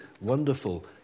wonderful